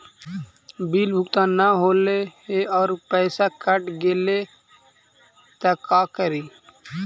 Bill भुगतान न हौले हे और पैसा कट गेलै त का करि?